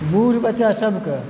बुढ़ बच्चा सबकेँ